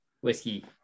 whiskey